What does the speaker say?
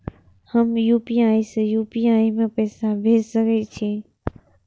हम यू.पी.आई से यू.पी.आई में पैसा भेज सके छिये?